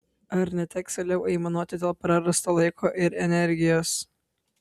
ar neteks vėliau aimanuoti dėl prarasto laiko ir energijos